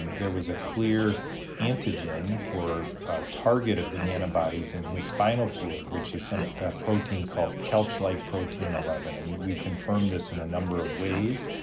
there was a clear antigen or target of the antibodies in his spinal fluid, which is a protein called kelch-like protein eleven and we confirmed this in a number of ways